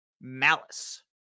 Malice